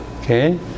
Okay